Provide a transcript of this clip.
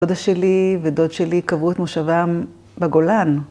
‫דודה שלי ודוד שלי ‫קבעו את מושבם בגולן.